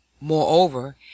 moreover